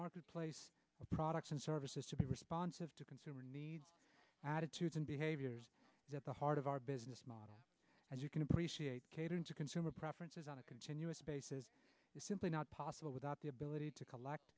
marketplace with products and services to be responsive to consumer needs attitudes and behaviors at the heart of our business model as you can appreciate catering to consumer preferences on a continuous basis is simply not possible without the ability to collect